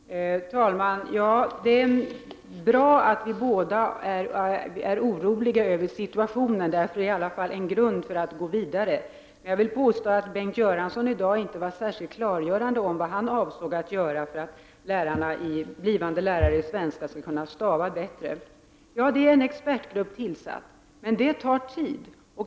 Herr talman! Det är bra att vi båda är oroliga över situationen — det är i alla fall en grund för att gå vidare. Bengt Göransson var inte särskilt klargörande i dag i fråga om vad han avser att göra för att blivande lärare i svenska skall kunna stava bättre. Ja, det har tillsatts en arbetsgrupp, men dess arbete tar tid.